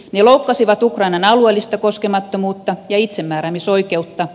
ne loukkasivat ukrainan alueellista koskemattomuutta ja itsemääräämisoikeutta